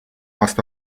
aasta